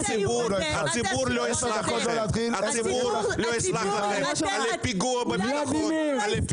הציבור לא יסלח לכם על הפיגוע בביטחון,